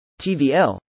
TVL